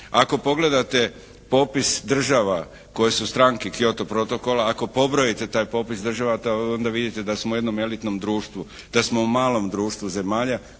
Ako pogledate popis država koje su stranke Kyoto protokola, ako pobrojite taj popis država onda vidite da smo u jednom elitnom društvu, da smo u malom društvu zemalja